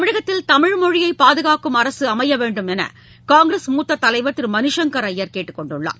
தமிழகத்தில் தமிழ் மொழியை பாதுகாக்கும் அரசு அமைய வேண்டும் என்று காங்கிரஸ் மூத்த தலைவர் திரு மணிசங்கர் அய்யர் கேட்டுக்கொண்டுள்ளார்